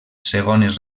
segones